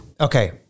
Okay